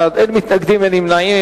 12 בעד, אין מתנגדים, אין נמנעים.